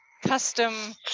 custom